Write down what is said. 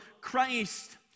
Christ